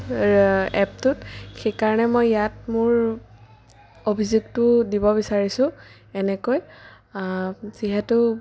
এপটোত সেইকাৰণে মই ইয়াত মোৰ অভিযোগটো দিব বিচাৰিছোঁ এনেকৈ যিহেতু